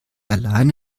allein